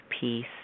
peace